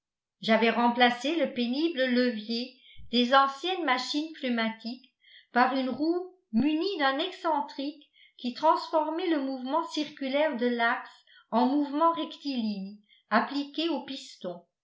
j'avais remplacé le pénible levier des anciennes machines pneumatiques par une roue munie d'un excentrique qui transformait le mouvement circulaire de l'axe en mouvement rectiligne appliqué aux pistons